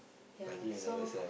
ya so